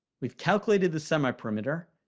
we've calculated the semi-perimeter,